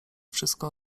wszystko